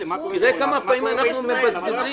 תראה כמה זמן אנחנו מבזבזים.